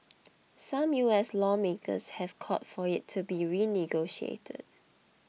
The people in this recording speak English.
some U S lawmakers have called for it to be renegotiated